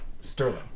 Sterling